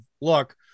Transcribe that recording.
look